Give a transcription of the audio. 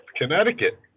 Connecticut